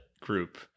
group